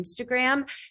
Instagram